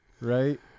right